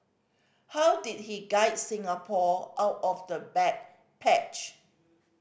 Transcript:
how did he guide Singapore out of the bad patch